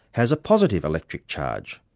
has a positive electric charge.